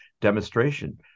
demonstration